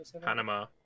Panama